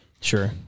sure